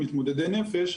מתמודדי נפש,